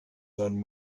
than